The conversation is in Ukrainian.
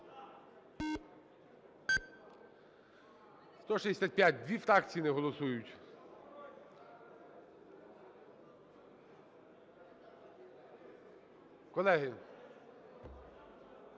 За-165 Дві фракції не голосують. Колеги...